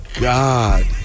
God